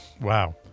wow